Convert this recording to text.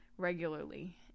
regularly